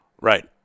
Right